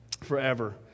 forever